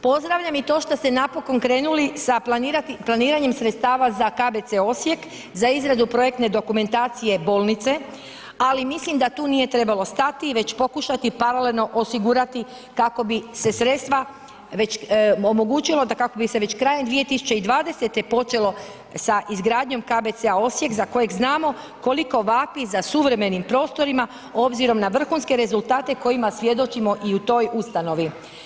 Pozdravljam i to što ste napokon krenuli sa planiranje sredstava za KBC Osijek za izradu projektne dokumentacije bolnice ali mislim da tu nije trebalo stati već pokušati paralelno osigurati kako bi se sredstva omogućila da kako bi se krajem 2020. počelo sa izgradnjom KBC Osijek za kojeg znamo koliko vapi za suvremenim prostorima obzirom na vrhunske rezultate kojima svjedočimo i u toj ustanovi.